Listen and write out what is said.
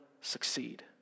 succeed